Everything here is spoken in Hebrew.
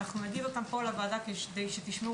ואנחנו נגיד אותם פה לוועדה כדי שתשמעו